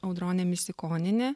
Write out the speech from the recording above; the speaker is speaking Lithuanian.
audronė misikonienė